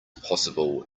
possible